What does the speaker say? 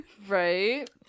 Right